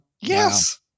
Yes